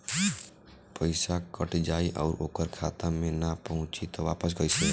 पईसा कट जाई और ओकर खाता मे ना पहुंची त वापस कैसे आई?